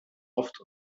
oft